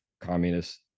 communist